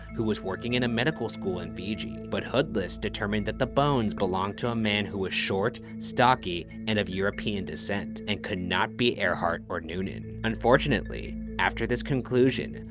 who was working in a medical school in fiji. but hoodless determined that the bones belonged to a man who was short, stocky, and of european descent, and could not be earhart or noonan. unfortunately, after this conclusion,